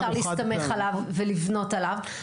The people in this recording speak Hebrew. זה לא משהו שאפשר להסתמך עליו ולבנות עליו.